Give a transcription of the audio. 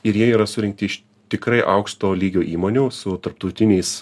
ir jie yra surinkti iš tikrai aukšto lygio įmonių su tarptautiniais